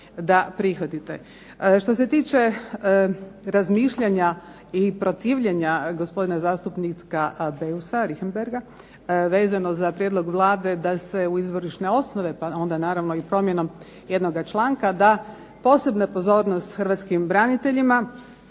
da prihvatite. Što se tiče razmišljanja i protivljenja gospodina zastupnika BEusa Richembergha, vezano za prijedlog Vlade da se u izvorišne osnove, pa onda naravno promjenom jednog članka, posebna pozornost da hrvatskim braniteljima,